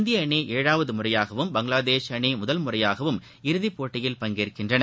இந்திய அணி அழாவது முறையாகவும் பங்களாதேஷ் அணி முதல் முறையாகவும் இறுதி போட்டியில் பங்கேற்கின்றன